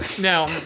No